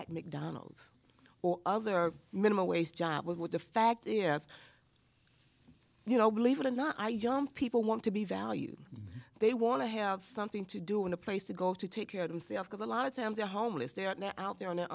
at mcdonald's or other minimum wage job with the fact yes you know believe it or not i jump people want to be valued they want to have something to do in a place to go to take care of himself because a lot of times they're homeless they are now out there on the